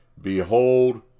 behold